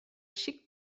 xic